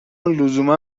لزوما